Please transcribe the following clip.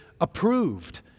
approved